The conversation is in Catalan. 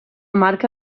marca